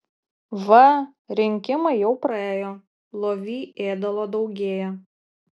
va rinkimai jau praėjo lovy ėdalo daugėja